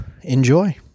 enjoy